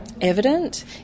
evident